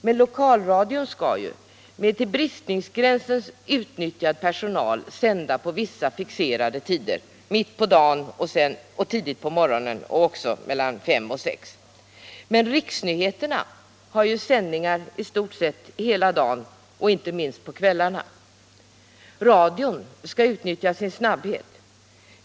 Men lokalradion skall ju, med till bristningsgränsen utnyttjad personal, sända på vissa fixerade tider, tidigt på morgonen, mitt på dagen och mellan fem och sex på kvällen, medan riksnyheterna har sändningar i stort sett hela dagen och inte minst på kvällarna. Radion skall utnyttja sin snabbhet.